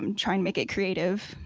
um trying to make it creative,